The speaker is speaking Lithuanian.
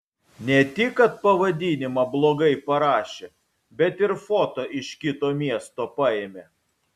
ne tik kad pavadinimą blogai parašė bet ir foto iš kito miesto paėmė